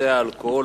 נושא האלכוהול,